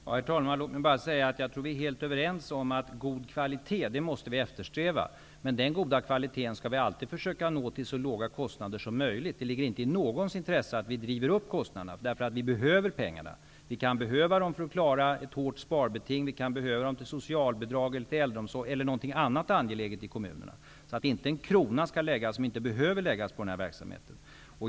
Herr talman! Låt mig bara säga att jag tror att vi är helt överens om att vi måste eftersträva god kvalitet. Den goda kvaliteten skall vi alltid försöka nå till så låga kostnader som möjligt. Det ligger inte i någons intresse att vi driver upp kostnaderna. Vi behöver pengarna. Vi kan behöva dem för att klara ett hårt sparbeting, till socialbidrag, till äldreomsorg eller till någonting annat som är angeläget i kommunerna. Inte en krona som inte behövs skall läggas på den här verksamheten.